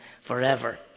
forever